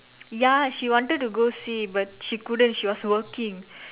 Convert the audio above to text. ya she wanted to go see but she couldn't she was working